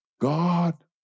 God